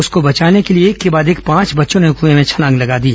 उसको बचाने के लिए एक के बाद एक पांच बच्चों ने कूए में छलांग लगा दी